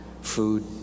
food